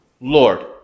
Lord